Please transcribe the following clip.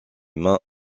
mains